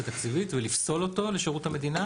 תקציבית ולפסול אותו לשירות המדינה.